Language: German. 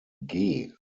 beziehen